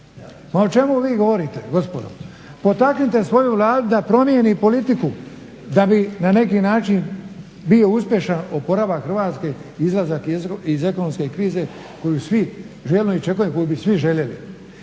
o čemu vi govorite gospodo? Potaknite svoju Vladu da promijeni politiku, da bi na neki način bio uspješan oporavak Hrvatske, izlazak iz ekonomske krize koju svi željno iščekujemo, koju bi svi željeli.